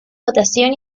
dotación